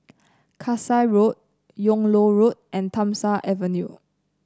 Kasai Road Yung Loh Road and Tham Soong Avenue